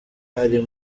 hari